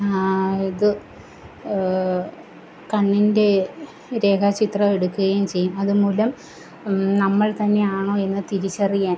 ഇത് കണ്ണിൻ്റെ രേഖാചിത്രം എടുക്കുകയും ചെയ്യും അതുമൂലം നമ്മൾ തന്നെയാണോ എന്നു തിരിച്ചറിയാൻ